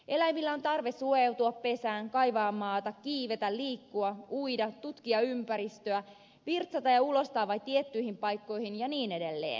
eläimillä on tarve suojautua pesään kaivaa maata kiivetä liikkua uida tutkia ympäristöä virtsata ja ulostaa vain tiettyihin paikkoihin ja niin edelleen